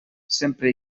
sempre